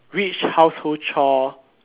which household chore